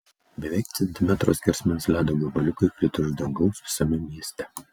beveik centimetro skersmens ledo gabaliukai krito iš dangaus visame mieste